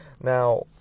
Now